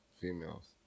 Females